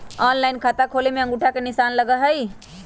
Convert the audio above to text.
Online खाता खोले में अंगूठा के निशान लगहई?